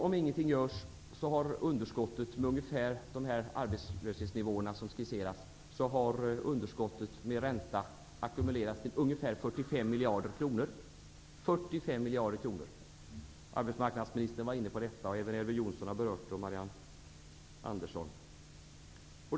Om ingenting görs kommer, med ungefär de arbetslöshetsnivåer som skisseras, underskottet med ränta nästa år att ha acckumulerats till ungefär 45 miljarder kronor. Arbetsmarknadsministern var inne på detta. Även Elver Jonsson och Marianne Andersson har berört det.